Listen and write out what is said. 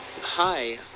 Hi